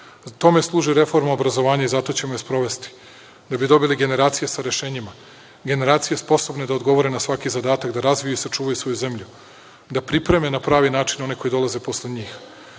služi reforma obrazovanja i zato ćemo je sprovesti, da bi dobili generacije sa rešenjima, generacije sposobne da odgovore na svaki zadatak, da razviju i sačuvaju svoju zemlju, da pripreme na pravi način one koji dolaze posle njih.